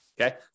okay